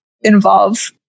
involve